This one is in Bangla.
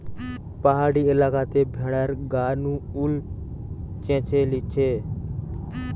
পাহাড়ি এলাকাতে ভেড়ার গা নু উল চেঁছে লিছে